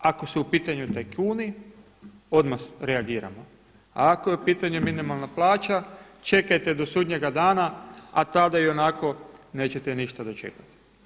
Ako su u pitanju tajkuni odmah reagiramo a ako je u pitanju minimalna plaća čekajte do sudnjega dana a tada ionako nećete ništa dočekati.